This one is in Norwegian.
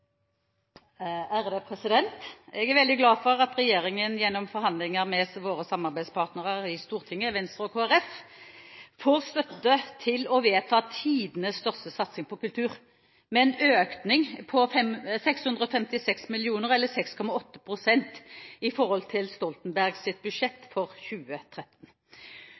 refererte til. Jeg er veldig glad for at regjeringen gjennom forhandlinger med våre samarbeidspartnere i Stortinget, Venstre og Kristelig Folkeparti, får støtte til å vedta tidenes største satsing på kultur med en økning på 656 mill. kr eller 6,8 pst. i forhold til Stoltenbergs budsjett for 2013.